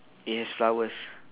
it has flowers